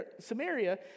Samaria